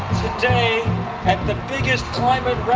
today at the biggest climate